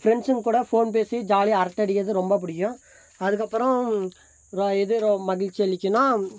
ஃப்ரெண்ட்ஸுங்க கூட போன் பேசி ஜாலியாக அரட்டை அடிக்கிறது ரொம்ப பிடிக்கும் அதுக்கப்புறம் எது மகிழ்ச்சி அளிக்கும்னா